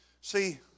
See